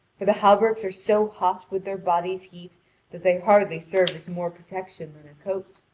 for the hauberks are so hot with their body's heat that they hardly serve as more protection than a coat.